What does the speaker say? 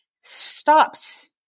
stops